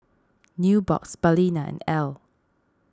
Nubox Balina Elle